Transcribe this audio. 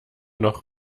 noch